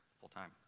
full-time